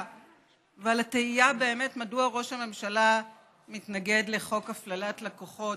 ועל התהייה מדוע ראש הממשלה מתנגד לחוק הפללת לקוחות.